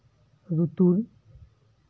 ᱞᱩᱛᱩᱨ